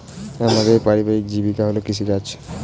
আমাদের পারিবারিক জীবিকা হল কৃষিকাজ